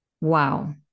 Wow